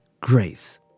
grace